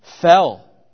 fell